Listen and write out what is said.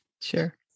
Sure